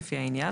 לפי העניין,